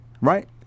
right